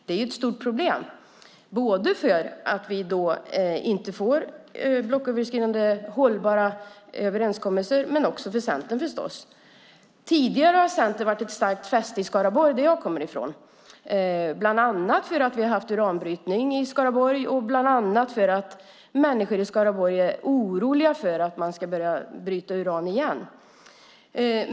Det här är ett stort problem, eftersom vi då inte får blocköverskridande hållbara överenskommelser. Men det är förstås också ett problem för Centern. Tidigare har Centern haft ett starkt fäste i Skaraborg, där jag kommer ifrån, bland annat för att vi har haft uranbrytning i Skaraborg och för att människor i Skaraborg är oroliga för att man ska börja bryta uran igen.